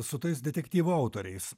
su tais detektyvų autoriais